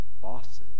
bosses